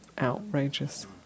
outrageous